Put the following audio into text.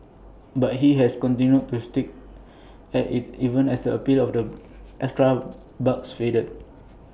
but he has continued to A stick at IT even as the appeal of the extra bucks fades